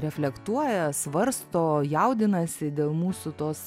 reflektuoja svarsto jaudinasi dėl mūsų tos